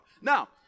now